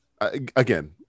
Again